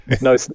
no